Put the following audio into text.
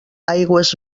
aigües